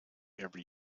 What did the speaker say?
every